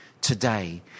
today